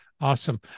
Awesome